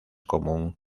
común